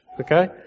Okay